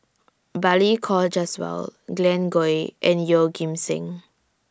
Balli Kaur Jaswal Glen Goei and Yeoh Ghim Seng